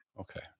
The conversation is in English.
Okay